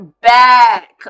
back